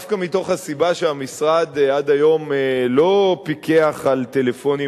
דווקא מהסיבה שהמשרד עד היום לא פיקח על טלפונים